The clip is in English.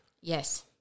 Yes